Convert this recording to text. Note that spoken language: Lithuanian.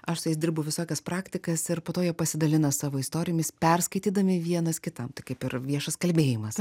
aš su jais dirbu visokias praktikas ir po to jie pasidalina savo istorijomis perskaitydami vienas kitam tai kaip ir viešas kalbėjimas